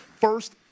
first